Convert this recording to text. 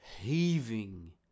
heaving